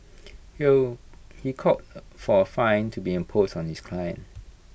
he called for A fine to be impose on his client